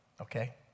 okay